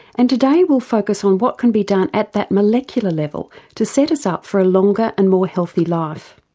and today we'll focus on what can be done at that molecular level to set us up for a longer and more healthy life.